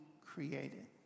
created